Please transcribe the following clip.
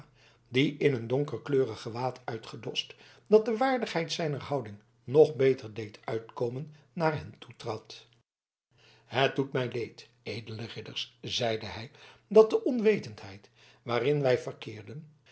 die in een donkerkleurig gewaad uitgedost dat de waardigheid zijner houding nog beter deed uitkomen naar hen toetrad het doet mij leed edele ridders zeide hij dat de onwetendheid waarin wij verkeerden